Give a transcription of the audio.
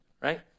right